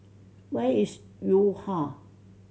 where is Yo Ha